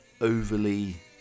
overly